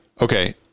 okay